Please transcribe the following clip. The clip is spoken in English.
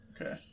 okay